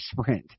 sprint